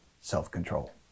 Self-control